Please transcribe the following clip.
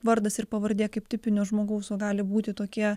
vardas ir pavardė kaip tipinio žmogaus o gali būti tokie